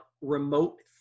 remote